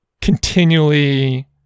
continually